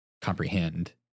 comprehend